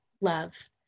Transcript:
love